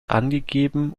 angegeben